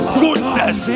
goodness